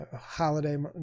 holiday